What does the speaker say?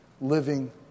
living